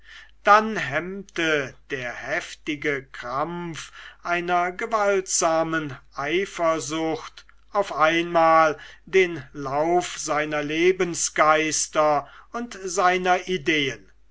dann hemmte der heftige krampf einer gewaltsamen eifersucht auf einmal den lauf seiner lebensgeister und seiner ideen